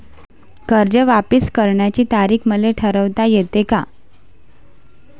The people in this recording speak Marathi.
कर्ज वापिस करण्याची तारीख मले ठरवता येते का?